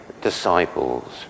disciples